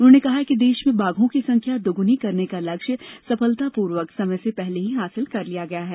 उन्होंने कहा कि देश में बाघों की संख्या द्रगुनी करने का लक्ष्य सफलतापूर्वक समय से पहले ही हासिल कर लिया गया है